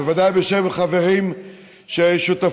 בוודאי בשם חברים ששותפים,